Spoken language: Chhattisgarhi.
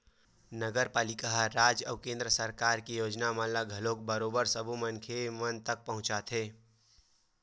नगरपालिका ह राज अउ केंद्र सरकार के योजना मन ल घलो बरोबर सब्बो मनखे मन तक पहुंचाथे